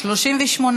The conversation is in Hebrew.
1 לא נתקבלה.